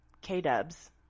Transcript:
K-dubs